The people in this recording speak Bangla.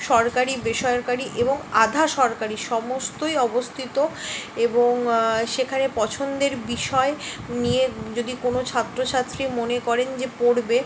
সরকারি বেসরকারি এবং আধা সরকারি সমস্তই অবস্থিত এবং সেখানে পছন্দের বিষয় নিয়ে যদি কোনো ছাত্র ছাত্রী মনে করেন যে পড়বে